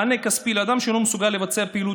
מענה כספי לאדם שלא מסוגל לבצע פעילות